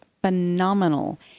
phenomenal